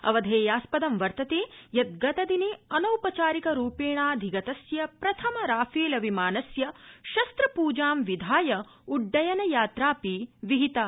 अवधेयास्पदमिदम् यत् गतदिने अनौपचारिकरूपेणाधिगतस्य प्रथम राफेलविमानस्य शस्त्रपूजं विधाय उड्डयन यत्रापि विहिता